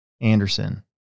Anderson